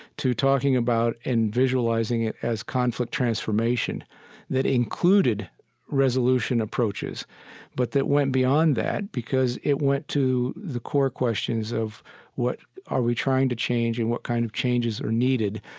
to talking about and visualizing it as conflict transformation that included resolution approaches but that went beyond that because it went to the core questions of what are we trying to change and what kind of changes are needed.